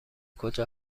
کجا